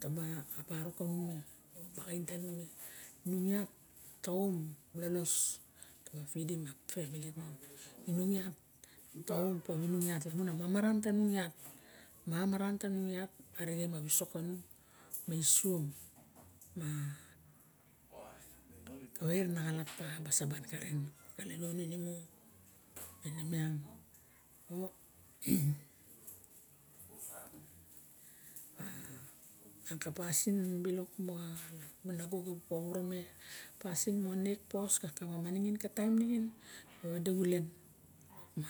tabo a barok kanung me o baxain tanung me nung iat ta om lolos ta ba pidim a pamili tung me o inung iat ta om pawinung iat lamun a mamaran tunung iat mamaran tanung iat arixem a wisok kanung ma isuo ma kave rana xalap taxa ba saban karen ka laguonin imu miang o ma pisin nago pu powo ro me ningin pasin moxa nek pos kakawa ma ningin kataim ningin ta ba wade xulen opa